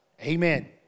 Amen